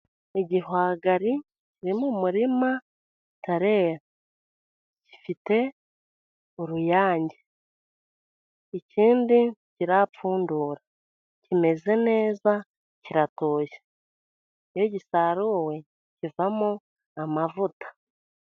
Igihwagari kiri mu murima kitarera gifite uruyange, ikindi kirapfundura kimeze neza kiratoshye, iyo gisaruwe kivamo amavuta.